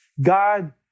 God